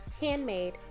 handmade